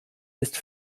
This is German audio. ist